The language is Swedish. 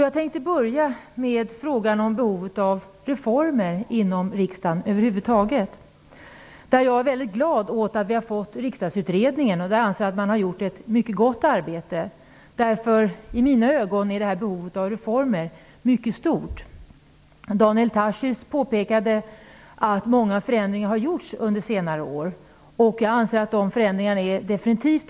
Jag tänkte börja med frågan om behovet av reformer inom riksdagen. Jag är väldigt glad över Riksdagsutredningen, och jag anser att man har gjort ett mycket gott arbete. I mina ögon är behovet av reformer mycket stort. Daniel Tarschys påpekade att det under senare år har genomförts många förändringar. Jag anser att dessa förändringar är av godo.